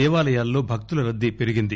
దేవాలయాల్లో భక్తుల రద్దీ పెరిగింది